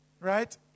right